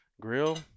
grill